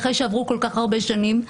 אחרי שעברו כל כך הרבה שנים.